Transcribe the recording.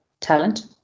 talent